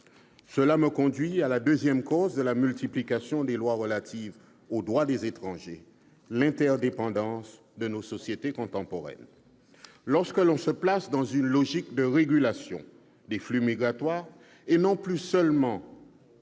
Cela me conduit à la seconde cause de la multiplication des lois relatives aux droits des étrangers : l'interdépendance de nos sociétés contemporaines. Lorsque l'on se place dans une logique de régulation des flux migratoires, et non plus seulement